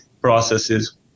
processes